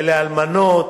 ולאלמנות,